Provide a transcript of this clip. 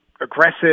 aggressive